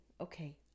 Okay